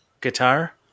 guitar